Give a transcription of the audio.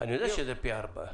אני יודע שזה פי ארבע.